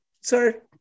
sir